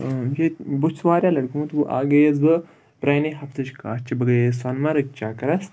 ییٚتہِ بہٕ چھُس واریاہ لَٹہِ گوٚمُت وۍ گٔیَس بہٕ پرٛانہِ ہَفتٕچ کَتھ چھِ بہٕ گٔیَس سۄنمَرگ چَکرَس